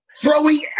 Throwing